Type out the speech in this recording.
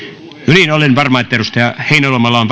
no niin olen varma että edustaja heinäluomalla on